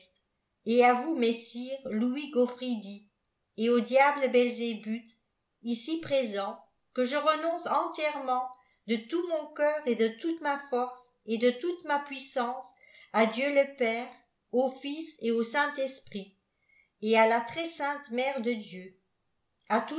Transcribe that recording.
et à vous messire louis jgaufridi et au diable belzébuth ici présent que je renonce entièrement de tout mon cœur et de toute ma force et de toute ma puissance à dieu le père au fils et au saint-esprit et à la très-sainte mère de dieu